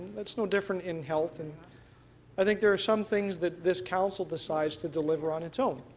that's no different in health. and i think there are some things that this council decides to deliver on its own,